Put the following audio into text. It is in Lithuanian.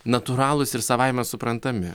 natūralūs ir savaime suprantami